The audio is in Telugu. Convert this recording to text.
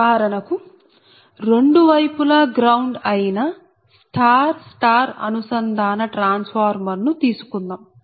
ఉదాహరణకు రెండు వైపులా గ్రౌండ్ అయిన స్టార్ స్టార్ అనుసంధాన ట్రాన్స్ఫార్మర్ ను తీసుకుందాం